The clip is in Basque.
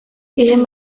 gehien